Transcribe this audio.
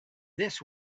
this